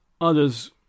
Others